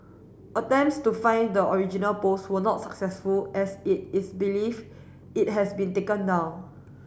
attempts to find the original post were not successful as it is believed it has been taken down